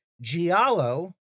Giallo